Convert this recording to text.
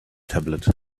tablet